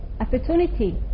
opportunity